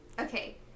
Okay